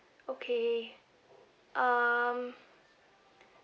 okay um